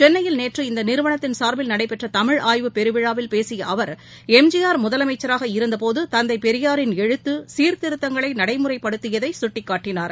சென்னையில் இந்த நேற்ற நடைபெற்ற தமிழ் ஆய்வு பெருவிழாவில் பேசிய அவர் எம் ஜி ஆர் முதலமைச்சராக இருந்தபோது தந்தை பெரியாரின் எழுத்து சீர்திருத்தங்களை நடைமுறைப்படுத்தியதை சுட்டிக்காட்டினார்